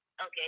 okay